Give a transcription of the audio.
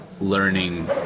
learning